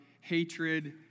hatred